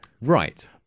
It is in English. Right